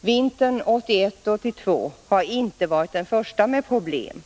Vintern 1981-1982 har inte varit den första med problem.